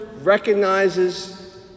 recognizes